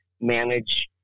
manage